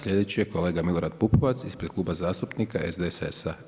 Sljedeći je kolega Milorad Pupovac, ispred Kluba zastupnika SDSS-a.